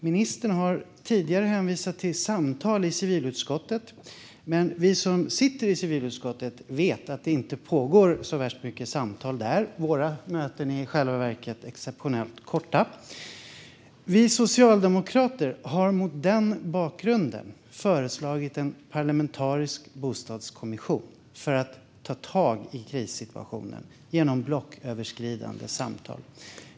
Ministern har tidigare hänvisat till samtal i civilutskottet, men vi som sitter i civilutskottet vet att det inte pågår så värst mycket samtal där. Våra möten är i själva verket exceptionellt korta. Vi socialdemokrater har mot den bakgrunden föreslagit en parlamentarisk bostadskommission för att ta tag i krissituationen genom blocköverskridande samtal.